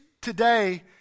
today